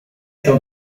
się